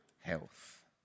health